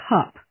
Cup